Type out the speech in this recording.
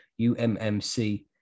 UMMC